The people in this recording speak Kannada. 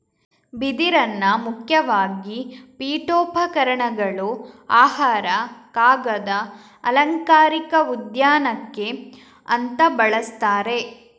ಬಿದಿರನ್ನ ಮುಖ್ಯವಾಗಿ ಪೀಠೋಪಕರಣಗಳು, ಆಹಾರ, ಕಾಗದ, ಅಲಂಕಾರಿಕ ಉದ್ಯಾನಕ್ಕೆ ಅಂತ ಬಳಸ್ತಾರೆ